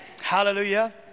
Hallelujah